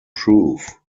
proof